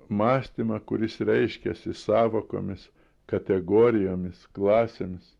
mąstymą kuris reiškiasi sąvokomis kategorijomis klasėmis